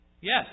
Yes